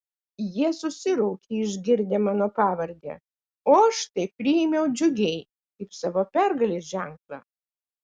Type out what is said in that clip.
jie susiraukė išgirdę mano pavardę o aš tai priėmiau džiugiai kaip savo pergalės ženklą